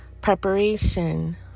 preparation